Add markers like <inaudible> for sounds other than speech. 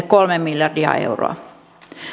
<unintelligible> kolme miljardia euroa